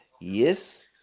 Yes